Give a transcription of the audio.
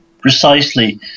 Precisely